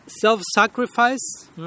Self-sacrifice